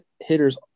hitters